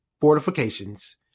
fortifications